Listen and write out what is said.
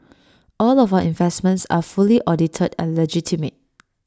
all of our investments are fully audited and legitimate